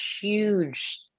huge